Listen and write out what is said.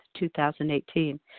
2018